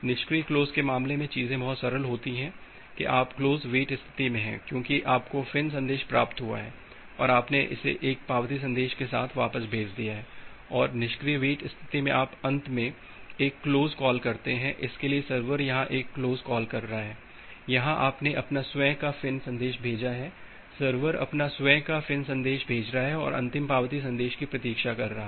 निष्क्रिय क्लोज के मामले में चीजें बहुत सरल होती हैं कि आप क्लोज वेट स्थिति में हैं क्योंकि आपको फिन संदेश प्राप्त हुआ है और आपने इसे एक पावती संदेश के साथ वापस भेज दिया है और निष्क्रिय वेट स्थिति में आप अंत में एक क्लोज कॉल करते हैं इसलिए सर्वर यहाँ एक क्लोज कॉल कर रहा है यहाँ आपने अपना स्वयं का फ़िन् संदेश भेजा है सर्वर अपना स्वयं का फ़िन् संदेश भेज रहा है और अंतिम पावती संदेश की प्रतीक्षा कर रहा है